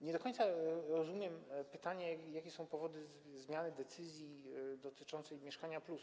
Nie do końca rozumiem pytanie dotyczące tego, jakie są powody zmiany decyzji dotyczącej „Mieszkania+”